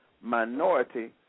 Minority